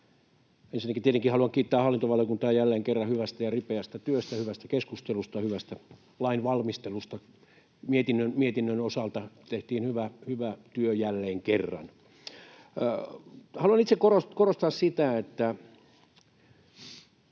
Ensinnäkin tietenkin haluan kiittää hallintovaliokuntaa jälleen kerran hyvästä ja ripeästä työstä, hyvästä keskustelusta, hyvästä lainvalmistelusta. Mietinnön osalta tehtiin hyvä työ jälleen kerran. Haluan itse korostaa sitä, että